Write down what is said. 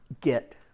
get